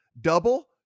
double